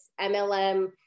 MLM